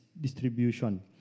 distribution